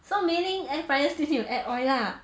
so meaning air fryer still need to add oil lah